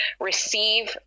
receive